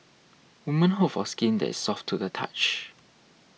women hope for skin that is soft to the touch